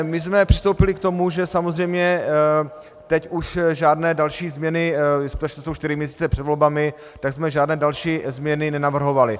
My jsme přistoupili k tomu, že samozřejmě teď už žádné další změny jsou čtyři měsíce před volbami, tak jsme žádné další změny nenavrhovali.